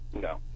No